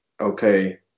okay